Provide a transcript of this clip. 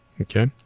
Okay